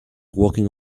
walking